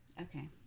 okay